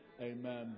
amen